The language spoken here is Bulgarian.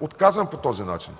отказан по този начин.